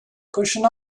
cushion